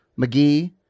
McGee